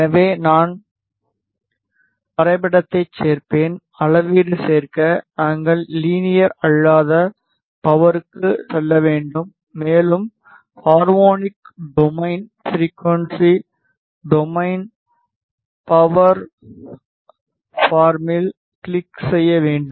எனவே நான் வரைபடத்தை சேர்ப்பேன் அளவீடு சேர்க்க நாங்கள் லீனியர் அல்லாத பவர்க்கு செல்ல வேண்டும் மேலும் harmonic domain frequency domain power ஃபார்மில் கிளிக் செய்ய வேண்டும்